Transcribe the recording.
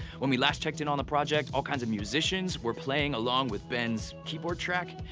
when we last checked in on the project, all kinds of musicians were playing along with ben's keyboard track,